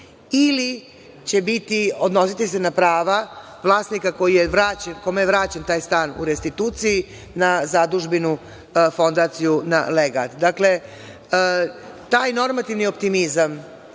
ili će se odnositi na prava vlasnika kome je vraćen taj stan u restituciji na zadužbinu, fondaciju, na legat. Dakle, taj normativni optimizam